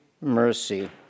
mercy